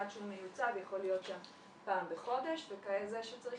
אחד שמיוצב יכול להיות שם פעם בחודש וכזה שצריך